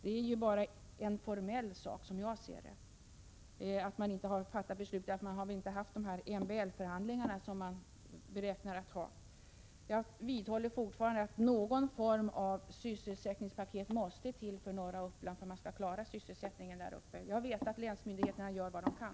Det är bara en formell sak, som jag ser det, att beslutet inte är fattat. Man har väl inte haft de MBL-förhandlingar som man skall ha. Jag vidhåller att någon form av sysselsättningspaket måste till för norra Uppland för att man skall klara sysselsättningen där. Jag vet att länsmyndigheterna gör vad de kan.